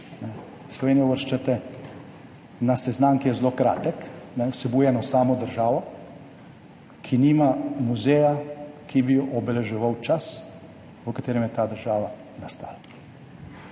Slovenijo uvrščate na seznam, ki je zelo kratek, vsebuje eno samo državo, ki nima muzeja, ki bi obeleževal čas,v katerem je ta država nastala.